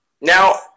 Now